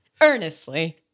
earnestly